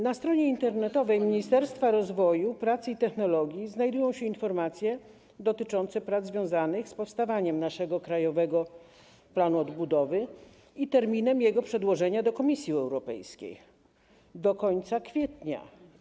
Na stronie internetowej Ministerstwa Rozwoju, Pracy i Technologii znajdują się informacje dotyczące prac związanych z powstawaniem naszego Krajowego Planu Odbudowy i terminem jego przedłożenia w Komisji Europejskiej, tj. do końca kwietnia.